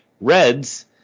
Reds